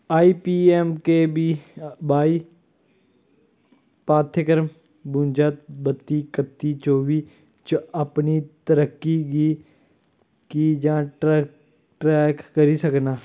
आई P M K V Y पाठ्यक्रम बुंजा बत्ती कत्ती चौबी च अपनी तरक्की गी कि'यां ट्रक ट्रैक करी सकनां